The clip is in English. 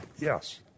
Yes